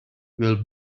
will